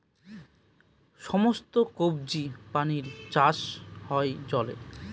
সমস্ত কবজি প্রাণীর চাষ হয় জলে